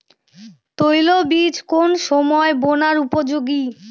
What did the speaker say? তৈল বীজ কোন সময় বোনার উপযোগী?